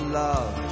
love